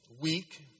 weak